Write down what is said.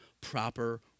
proper